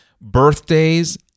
birthdays